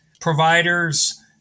providers